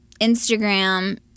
Instagram